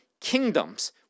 kingdoms